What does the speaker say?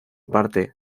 parte